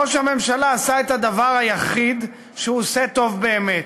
ראש הממשלה עשה את הדבר היחיד שהוא עושה טוב באמת: